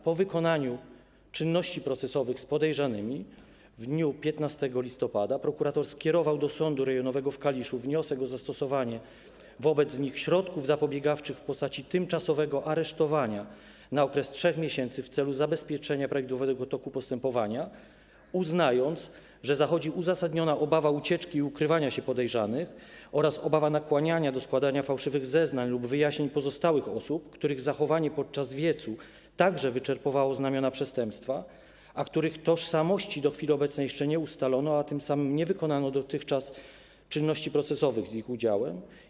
Po wykonaniu czynności procesowych z podejrzanymi w dniu 15 listopada prokurator skierował do Sądu Rejonowego w Kaliszu wniosek o zastosowanie wobec nich środków zapobiegawczych w postaci tymczasowego aresztowania na okres 3 miesięcy w celu zabezpieczenia prawidłowego toku postępowania, uznając, że zachodzi uzasadniona obawa ucieczki i ukrywania się podejrzanych oraz obawa nakłaniania do składania fałszywych zeznań lub wyjaśnień pozostałych osób, których zachowanie podczas wiecu także wyczerpywało znamiona przestępstwa, a których tożsamości do chwili obecnej jeszcze nie ustalono, a tym samym nie wykonano dotychczas czynności procesowych z ich udziałem.